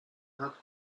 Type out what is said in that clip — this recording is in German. hat